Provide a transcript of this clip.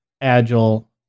Agile